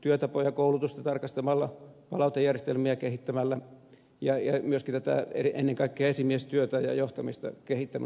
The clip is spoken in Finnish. työtapoja koulutusta tarkastelemalla palautejärjestelmiä kehittämällä ja myöskin ennen kaikkea esimiestyötä ja johtamista kehittämällä